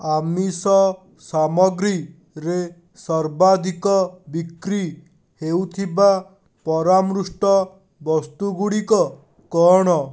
ଆମିଷ ସାମଗ୍ରୀରେ ସର୍ବାଧିକ ବିକ୍ରି ହେଉଥିବା ପରାମୃଷ୍ଟ ବସ୍ତୁ ଗୁଡ଼ିକ କ'ଣ